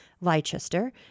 Leicester